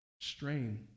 Strain